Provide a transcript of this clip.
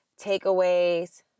takeaways